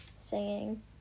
Singing